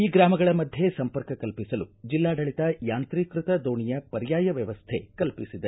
ಈ ಗ್ರಾಮಗಳ ಮಧ್ಯೆ ಸಂಪರ್ಕ ಕಲ್ಪಿಸಲು ಜಿಲ್ಲಾಡಳಿತ ಯಾಂತ್ರಿಕೃತ ದೋಣಿಯ ಪರ್ಯಾಯ ವ್ಯವಸ್ಥ ಕಲ್ಪಿಸಿದೆ